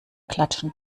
klatschen